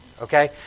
Okay